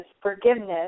forgiveness